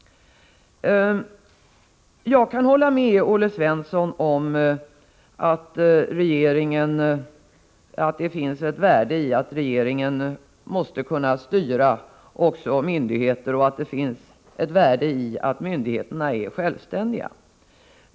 Jag kan hålla med Olle Svensson om att det finns ett värde i att regeringen kan styra också myndigheter och att det finns ett värde i att myndigheterna är självständiga.